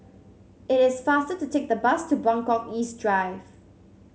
it is faster to take the bus to Buangkok East Drive